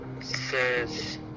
says